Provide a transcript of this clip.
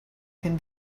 can